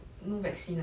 no vaccine ah